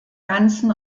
ganzen